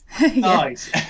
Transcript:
nice